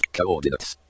coordinates